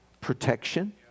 protection